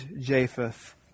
Japheth